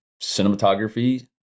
cinematography